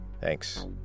Thanks